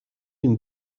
une